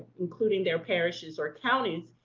including their parishes or counties,